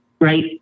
right